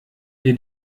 wir